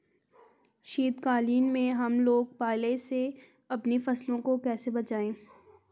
शीतकालीन में हम लोग पाले से अपनी फसलों को कैसे बचाएं?